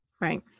Right